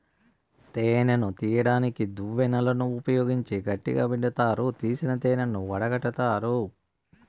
తేనెను తీయడానికి దువ్వెనలను ఉపయోగించి గట్టిగ పిండుతారు, తీసిన తేనెను వడగట్టుతారు